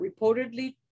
reportedly